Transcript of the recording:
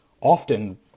Often